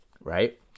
right